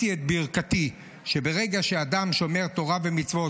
את ברְכָתי" ברגע שאדם שומר תורה ומצוות,